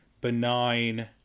benign